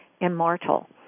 immortal